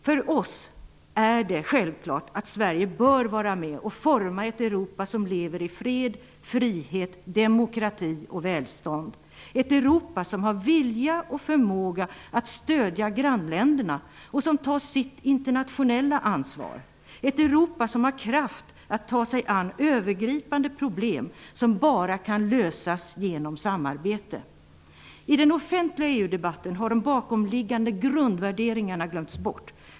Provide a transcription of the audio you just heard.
För oss är det självklart att Sverige bör vara med och forma ett Europa som lever i fred, frihet, demokrati och välstånd -- ett Europa som har vilja och förmåga att stödja grannländerna och som tar sitt internationella ansvar, ett Europa som har kraft att ta sig an övergripande problem som bara kan lösas genom samarbete. I den offentliga EU-debatten har de bakomliggande grundvärderingarna glömts bort.